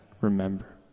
remember